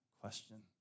question